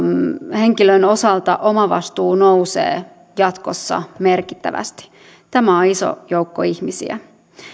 henkilön osalta omavastuu nousee jatkossa merkittävästi tämä on iso joukko ihmisiä